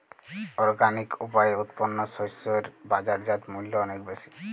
organic উপায়ে উৎপন্ন শস্য এর বাজারজাত মূল্য অনেক বেশি